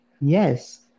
Yes